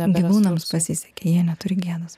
gyvūnams pasisekė jie neturi gėdos